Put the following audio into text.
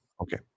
Okay